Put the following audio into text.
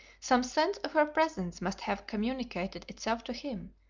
some sense of her presence must have communicated itself to him,